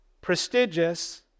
prestigious